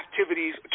activities